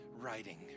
writing